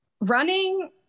running